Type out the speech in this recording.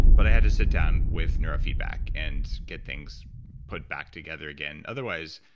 but i had to sit down with neurofeedback and get things put back together again otherwise,